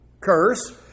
curse